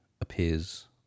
appears